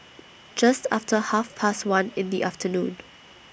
Just after Half Past one in The afternoon